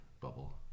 bubble